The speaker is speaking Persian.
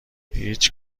هیچ